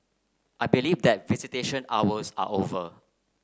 I believe that visitation hours are over